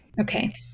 Okay